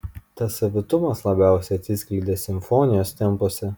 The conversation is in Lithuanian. tas savitumas labiausiai atsiskleidė simfonijos tempuose